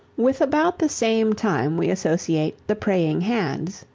with about the same time we associate the praying hands,